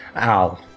Ow